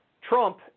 Trump